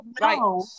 right